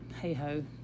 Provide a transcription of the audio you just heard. hey-ho